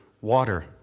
water